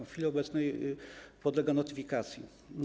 W chwili obecnej podlega ona notyfikacji.